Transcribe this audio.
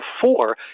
four